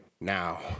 now